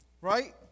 right